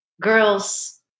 girls